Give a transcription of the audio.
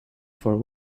for